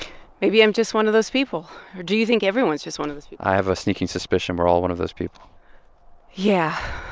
maybe i'm just one of those people. or do you think everyone's just one of those people? i have a sneaking suspicion we're all one of those people yeah.